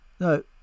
No